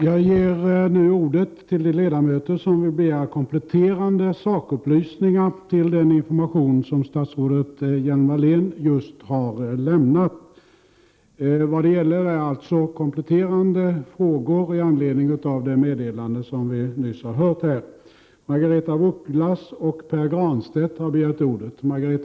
Jag ger nu ordet till de ledamöter som vill begära kompletterande sakupplysningar till den information statsrådet Hjelm-Wallén lämnat. Det gäller alltså kompletterande frågor i anledning av det meddelande vi nyss har hört.